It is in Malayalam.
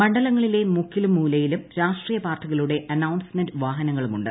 മണ്ഡലങ്ങളിലെ മുക്കിലും മൂലയിലും രാഷ്ട്രീയ പാർട്ടികളുടെ അനൌൺസ്മെന്റ് വാഹനങ്ങളുണ്ട്